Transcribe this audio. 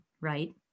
right